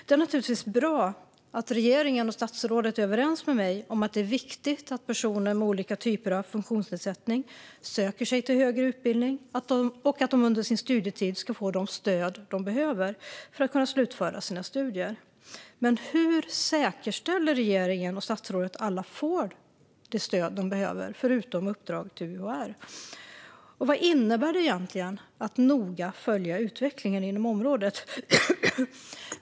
Det är naturligtvis bra att regeringen och statsrådet är överens med mig om att det är viktigt att personer med olika typer av funktionsnedsättningar söker sig till högre utbildning och att de under sin studietid ska få det stöd de behöver för att kunna slutföra sina studier. Men hur säkerställer regeringen och statsrådet att alla får det stöd de behöver, vid sidan av uppdraget till UHR? Och vad innebär det egentligen att noga följa utvecklingen inom området?